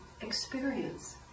experience